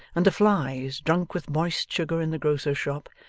and the flies, drunk with moist sugar in the grocer's shop,